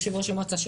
יו"ר המועצה,